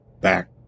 back